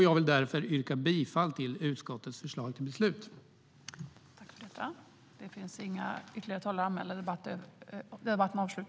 Jag vill därför yrka bifall till utskottets förslag till beslut.